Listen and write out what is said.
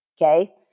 Okay